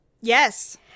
yes